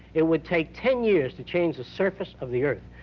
it would take ten years to change the surface of the earth.